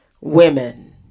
women